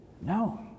No